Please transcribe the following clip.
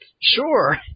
sure